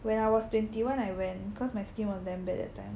when I was twenty one I went cause my skin was damn bad that time